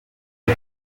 out